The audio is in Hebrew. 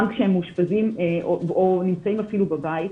גם כשהם נמצאים אפילו בבית.